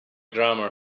grammar